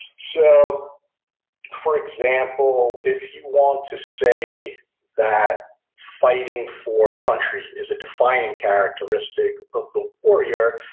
so for example, if you want to say that fighting for country is a defining characteristic of the warrior,